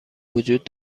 وجود